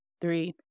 three